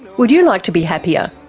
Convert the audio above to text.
would you like to be happier?